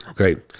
Okay